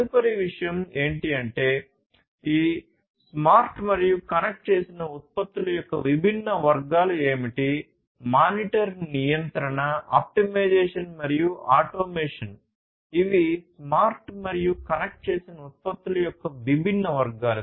తదుపరి విషయం ఏంటి అంటే ఈ స్మార్ట్ మరియు కనెక్ట్ చేసిన ఉత్పత్తుల యొక్క విభిన్న వర్గాలు ఏమిటి మానిటర్ నియంత్రణ ఆప్టిమైజేషన్ మరియు ఆటోమేషన్ ఇవి స్మార్ట్ మరియు కనెక్ట్ చేసిన ఉత్పత్తుల యొక్క విభిన్న వర్గాలు